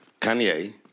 Kanye